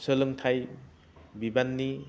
सोलोंथाइ बिबाननि